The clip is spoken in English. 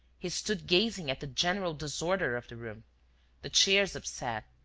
he stood gazing at the general disorder of the room the chairs upset,